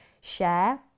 share